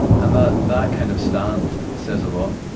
and that that kind of stand says a lot,